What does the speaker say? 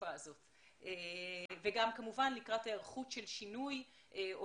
בתקופה הזאת וגם כמובן לקראת היערכות של שינוי או